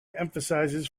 emphasizes